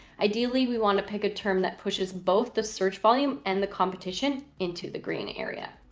ideally we want to pick a term that pushes both the search volume and the competition into the green area.